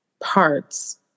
parts